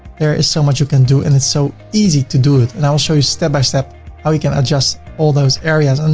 there is so much you can do, and it's so easy to do it and i will show you, step-by-step how we can adjust all those areas.